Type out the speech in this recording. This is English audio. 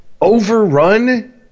Overrun